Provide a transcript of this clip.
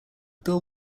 bill